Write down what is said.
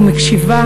ומקשיבה